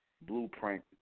blueprint